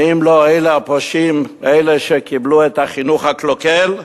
האם לא אלה הפושעים, אלה שקיבלו את החינוך הקלוקל?